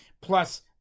plus